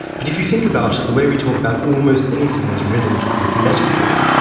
but if you think about it, the way we talk about almost anything is riddled with metaphor.